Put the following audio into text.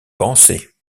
pensait